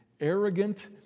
arrogant